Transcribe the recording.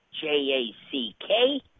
J-A-C-K